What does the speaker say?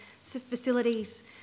facilities